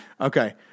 Okay